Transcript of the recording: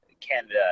Canada